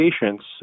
patients